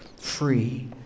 free